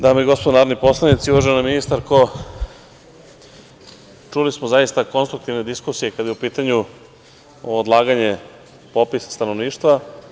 Dame i gospodo narodni poslanici, uvažena ministarko, čuli smo zaista konstruktivne diskusije kada je u pitanju odlaganje popisa stanovništva.